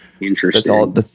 Interesting